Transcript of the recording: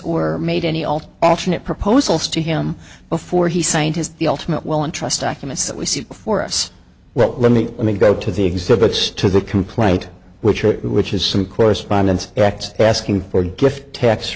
or made any old alternate proposals to him before he signed his the ultimate will and trust documents that we see before us well let me let me go to the exhibits to the complaint which are which is some correspondence act asking for gift tax